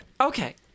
Okay